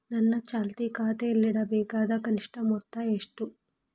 ನನ್ನ ಚಾಲ್ತಿ ಖಾತೆಯಲ್ಲಿಡಬೇಕಾದ ಕನಿಷ್ಟ ಮೊತ್ತ ಎಷ್ಟು?